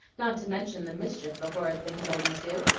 not to mention the mischief the horrid things always do?